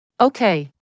Okay